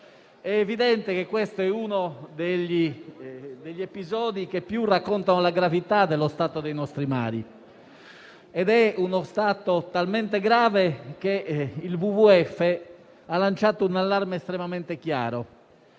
È evidente che questo è uno degli episodi che più racconta la gravità dello stato dei nostri mari. È uno stato talmente grave che il WWF ha lanciato un allarme estremamente chiaro: